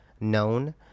known